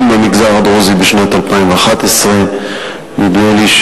למגזר הדרוזי בשנת 2011. נדמה לי,